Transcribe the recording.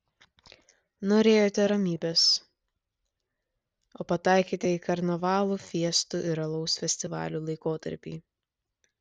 norėjote ramybės o pataikėte į karnavalų fiestų ar alaus festivalių laikotarpį